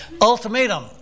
ultimatum